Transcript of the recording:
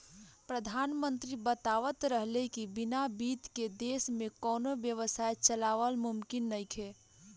प्रधानमंत्री बतावत रहले की बिना बित्त के देश में कौनो व्यवस्था चलावल मुमकिन नइखे